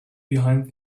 behind